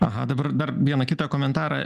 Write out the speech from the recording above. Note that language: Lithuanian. aha dabar dar vieną kitą komentarą